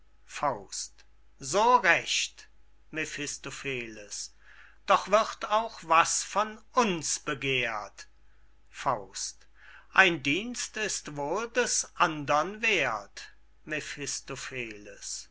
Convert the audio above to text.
zigeunerwesen so recht mephistopheles doch wird auch was von uns begehrt ein dienst ist wohl des andern werth